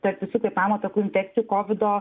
tarp visų kvėpavimo takų infekcijų kovido